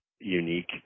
unique